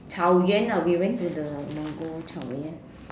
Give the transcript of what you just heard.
草原 ah we went to the Mongol 草原